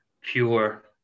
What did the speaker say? pure